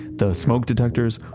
the smoke detectors,